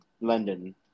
London